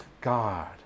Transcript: God